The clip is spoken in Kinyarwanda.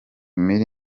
mill